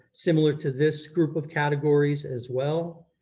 similar to this group of categories as well,